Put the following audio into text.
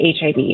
HIV